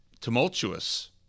tumultuous